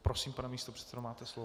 Prosím, pane místopředsedo, máte slovo.